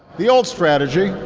the old strategy,